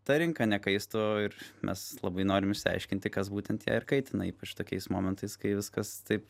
ta rinka nekaistų ir mes labai norim išsiaiškinti kas būtent ją ir kaitina ypač tokiais momentais kai viskas taip